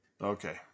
Okay